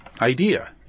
idea